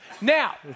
now